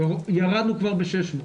ירדנו כבר ב-600.